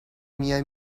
میای